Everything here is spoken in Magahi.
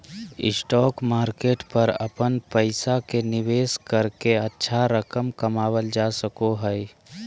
स्टॉक मार्केट पर अपन पैसा के निवेश करके अच्छा रकम कमावल जा सको हइ